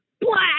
black